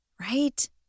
right